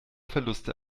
verluste